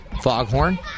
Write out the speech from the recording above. Foghorn